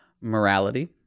Morality